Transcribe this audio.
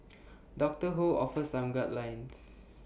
doctor ho offers some guidelines